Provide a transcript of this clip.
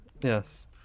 Yes